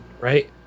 right